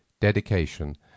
Dedication